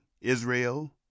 israel